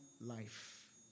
life